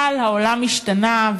אבל העולם השתנה,